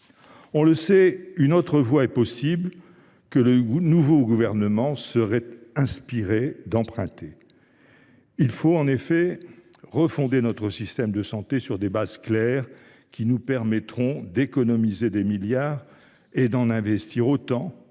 On le sait, une autre voie est possible. Le nouveau gouvernement serait inspiré de l’emprunter. Il faut, en effet, refonder notre système de santé sur des bases claires, qui nous permettront d’économiser des milliards et d’en investir autant